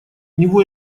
него